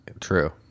True